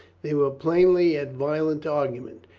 they were plainly at violent argument,